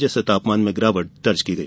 जिससे तापमान में गिरावट दर्ज की गई